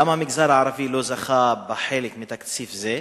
למה המגזר הערבי לא זכה בחלק מתקציב זה?